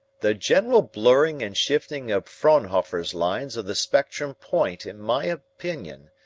the general blurring and shifting of fraunhofer's lines of the spectrum point, in my opinion,